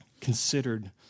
considered